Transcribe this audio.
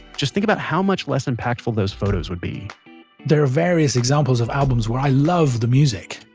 just think about how much less impactful those photos would be there are various examples of albums where i love the music,